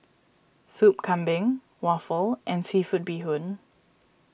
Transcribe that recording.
Soup Kambing Waffle and Seafood Bee Hoon